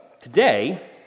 today